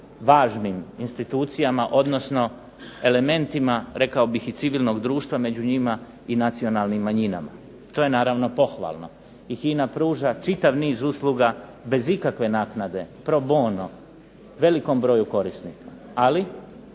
važnim institucijama, odnosno elementima, rekao bih i civilnog društva među njima i nacionalnim manjinama. To je naravno pohvalno. I HINA pruža čitav niz usluga bez ikakve naknade, pro bono, velikom broju korisnika. Ali,